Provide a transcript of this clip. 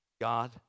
God